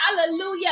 hallelujah